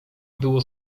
było